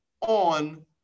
on